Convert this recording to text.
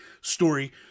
story